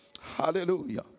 hallelujah